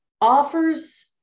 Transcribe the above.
offers